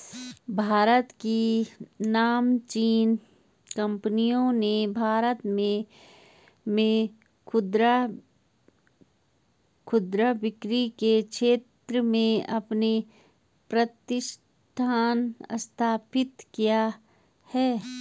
भारत की नामचीन कंपनियों ने भारत में खुदरा बिक्री के क्षेत्र में अपने प्रतिष्ठान स्थापित किए हैं